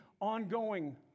ongoing